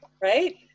Right